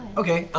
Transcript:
okay.